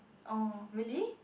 oh really